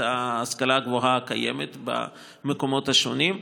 ההשכלה הגבוהה הקיימת במקומות השונים,